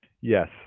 Yes